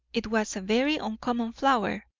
it was a very uncommon flower,